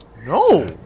no